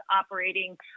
operating